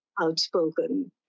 outspoken